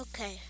Okay